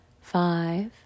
five